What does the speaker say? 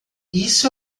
isso